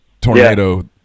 tornado